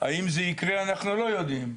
האם זה יקרה אנחנו לא יודעים.